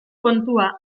kontua